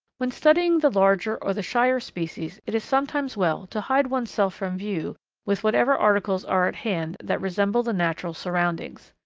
when studying the larger or the shyer species it is sometimes well to hide one's self from view with whatever articles are at hand that resemble the natural surroundings.